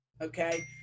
Okay